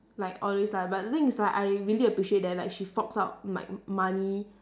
like all these lah but the thing is that I really appreciate that like she forks out mi~ money